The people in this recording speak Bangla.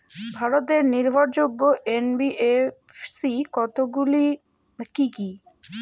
ভারতের নির্ভরযোগ্য এন.বি.এফ.সি কতগুলি কি কি?